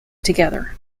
together